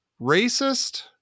racist